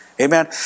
Amen